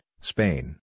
Spain